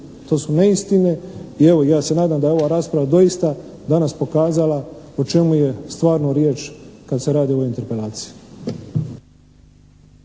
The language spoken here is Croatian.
to su neistine i evo ja se nadam da je ova rasprava doista danas pokazala o čemu je stvarno riječ kada se radi o ovoj interpelaciji.